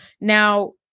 Now